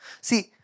See